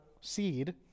seed